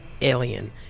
alien